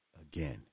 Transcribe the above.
again